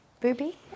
Booby